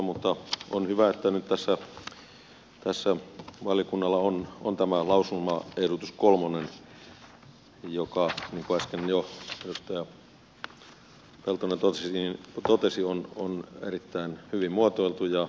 mutta on hyvä että nyt tässä valiokunnalla on tämä lausumaehdotus kolmonen joka niin kuin äsken jo edustaja peltonen totesi on erittäin hyvin muotoiltu